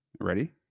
Ready